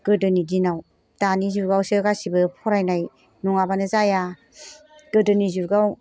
गोदोनि दिनाव दानि जुगावसो गासैबो फरायनाय नङाबानो जाया गोदोनि जुगाव